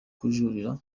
kujuririra